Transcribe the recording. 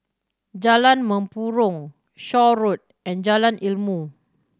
Jalan Mempurong Shaw Road and Jalan Ilmu